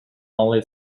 only